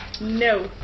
No